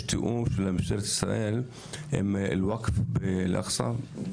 תיאום של משטרת ישראל עם הוואקף באל אקצה?